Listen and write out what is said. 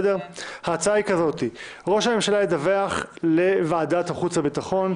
ההצעה היא כזאת: ראש הממשלה ידווח לוועדת חוץ וביטחון,